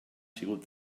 sigut